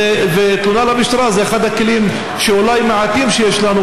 ותלונה למשטרה זה אחד הכלים המעטים שיש לנו